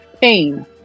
pain